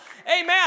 Amen